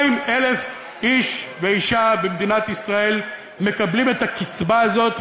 200,000 איש ואישה במדינת ישראל מקבלים את הקצבה הזאת,